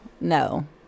no